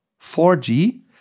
4G